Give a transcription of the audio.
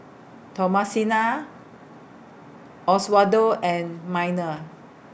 Thomasina Oswaldo and Minor